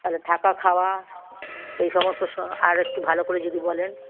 আচ্ছা থাকা খাওয়া এই সমস্ত স আর একটু ভালো করে যদি বলেন